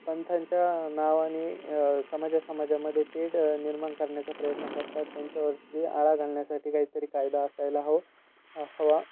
पंथांच्या नावाने समाजा समाजामध्ये तेढ निर्माण करण्याचा प्रयत्न करतात त्यांच्यावरती आळा घालण्यासाठी काहीतरी कायदा असायला हवो हवा